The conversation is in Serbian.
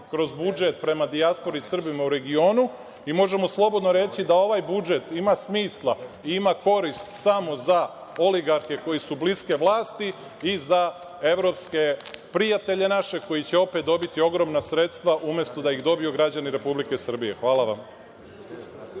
kroz budžet prema dijaspori, Srbima u regionu i možemo slobodno reći da ovaj budžet ima smisla i ima korist samo za oligarhe koji su bliski vlasti i za evropske prijatelje naše koji će dobiti opet ogromna sredstva, umesto da ih dobiju građani Republike Srbije. Hvala vam.